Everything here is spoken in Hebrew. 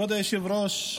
כבוד היושב-ראש,